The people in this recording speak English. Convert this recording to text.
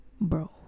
Bro